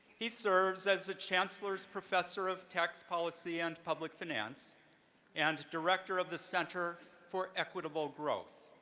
he serves as the chancellor's professor of tax policy and public finance and director of the center for equitable growth.